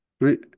Right